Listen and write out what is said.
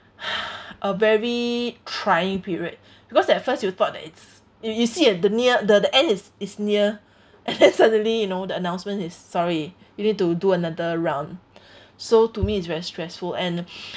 a very trying period because at first you thought that it's it you see a the near the the end is is near and then suddenly you know the announcement is sorry you need to do another round so to me it's very stressful and